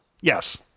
Yes